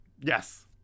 Yes